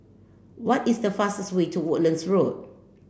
what is the fastest way to Woodlands Road